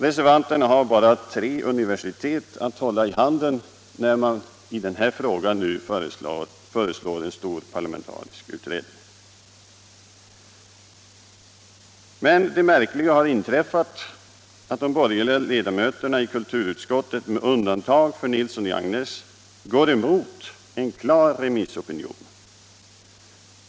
Reservanterna har bara tre universitet att hålla i handen när de 37 i denna fråga nu föreslår en stor parlamentarisk utredning. Men det märkliga har inträffat att de borgerliga ledamöterna i kulturutskottet, med undantag för herr Nilsson i Agnäs, går emot en klar remissopinion.